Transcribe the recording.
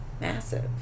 massive